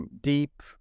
deep